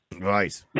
Right